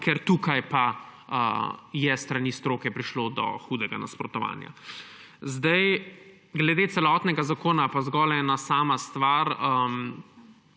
ker tukaj pa je s strani stroke prišlo do hudega nasprotovanja. Glede celotnega zakona pa zgolj ena sama stvar.